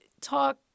talk